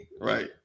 right